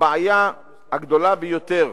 הבעיה הגדולה ביותר